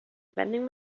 vending